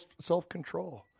self-control